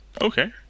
Okay